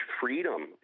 freedom